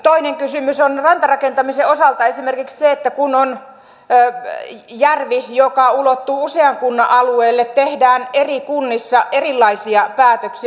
toinen kysymys on rantarakentamisen osalta esimerkiksi se että kun on järvi joka ulottuu usean kunnan alueelle tehdään eri kunnissa erilaisia päätöksiä